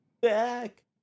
Back